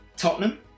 Tottenham